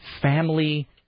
family –